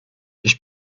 ich